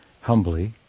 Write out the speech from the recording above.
humbly